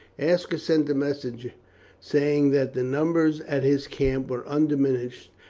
aska sent a message saying that the numbers at his camp were undiminished,